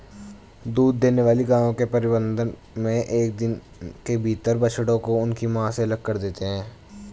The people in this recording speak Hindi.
दूध देने वाली गायों के प्रबंधन मे एक दिन के भीतर बछड़ों को उनकी मां से अलग कर देते हैं